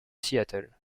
seattle